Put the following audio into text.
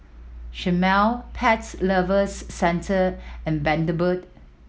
Chomel Pets Lovers Centre and Bundaberg